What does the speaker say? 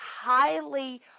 highly